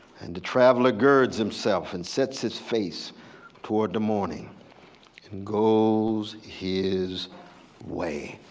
and the traveler guards himself and sets his face toward the morning, and goes his way.